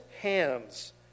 hands